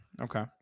Okay